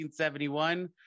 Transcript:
1971